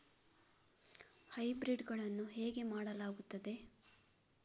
Hybrid ಗಳನ್ನು ಹೇಗೆ ಮಾಡಲಾಗುತ್ತದೆ?